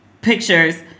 pictures